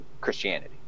Christianity